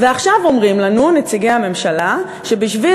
ועכשיו אומרים לנו נציגי הממשלה שבשביל